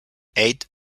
eight